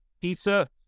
pizza